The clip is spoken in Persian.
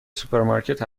سوپرمارکت